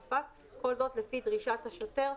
בטכוגרף לפי דרישתו של שוטר,